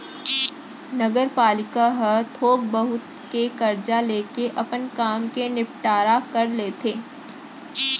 नगरपालिका ह थोक बहुत के करजा लेके अपन काम के निंपटारा कर लेथे